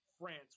france